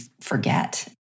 forget